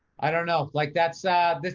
i don't know, like that's ah this,